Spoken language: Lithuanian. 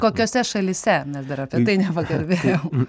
kokiose šalyse mes dar apie tai nepakalbėjom